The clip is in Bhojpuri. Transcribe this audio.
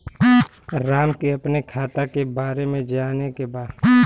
राम के अपने खाता के बारे मे जाने के बा?